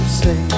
say